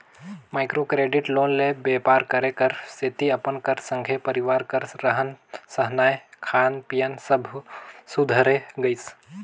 micro credit loan ले बेपार करे कर सेती अपन कर संघे परिवार कर रहन सहनए खान पीयन सब सुधारे गइस